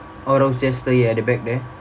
oh those just the ya at the back there